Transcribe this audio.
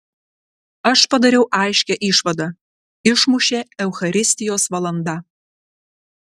aš padariau aiškią išvadą išmušė eucharistijos valanda